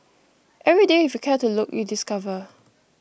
every day if you care to look you discover